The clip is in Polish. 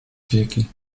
wieki